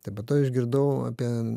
tai po to išgirdau apie